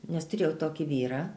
nes turėjau tokį vyrą